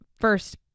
first